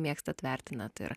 mėgstat vertinat ir